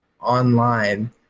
online